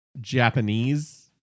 Japanese